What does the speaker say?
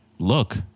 Look